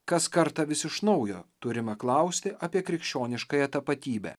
kas kartą vis iš naujo turime klausti apie krikščioniškąją tapatybę